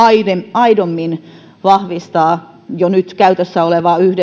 aidommin vahvistaa jo nyt käytössä olevaa